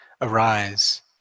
arise